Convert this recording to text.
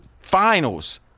finals